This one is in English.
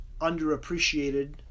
underappreciated